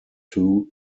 two